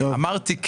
אמרתי,